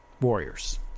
Warriors